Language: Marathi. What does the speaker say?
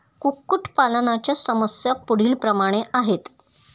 कुक्कुटपालनाच्या समस्या पुढीलप्रमाणे आहेत